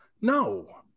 No